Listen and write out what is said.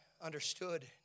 understood